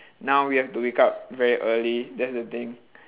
now we have to wake up very early that's the thing